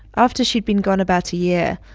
after she'd been gone about a year,